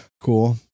cool